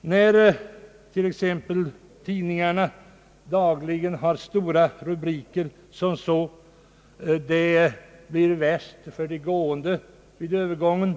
Det gäller de dagliga och stora rubrikerna i våra dagstidningar. Det skrivs t.ex. en dag att det blir värst för de gående vid övergången